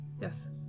yes